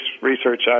research